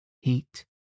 Heat